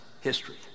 history